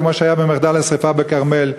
כמו שהיה במחדל השרפה בכרמל,